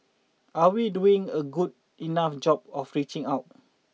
are we doing a good enough job of reaching out